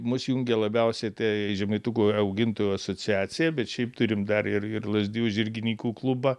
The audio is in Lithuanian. mus jungia labiausiai tai žemaitukų augintojų asociacija bet šiaip turim dar ir ir lazdijų žirginykų klubą